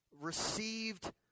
received